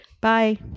Bye